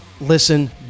Listen